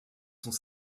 sont